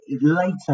later